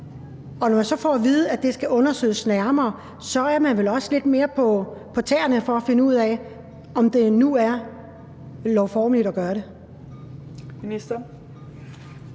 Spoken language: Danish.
og når man så får at vide, at det skal undersøges nærmere, så er man vel også lidt mere på tæerne i forhold til at finde ud af, om det nu er lovformeligt at gøre det?